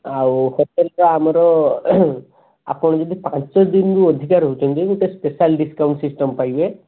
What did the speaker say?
ଆଉ ହୋଟେଲ୍ରେ ଆମର ଆପଣ ଯଦି ପାଞ୍ଚ ଦିନରୁ ଅଧିକା ରହୁଛନ୍ତି ଗୋଟେ ସ୍ପେସିଆଲ୍ ଡିସ୍କାଉଣ୍ଟ୍ ସିଷ୍ଟମ୍ ପାଇବେ